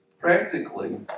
Practically